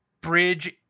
Bridge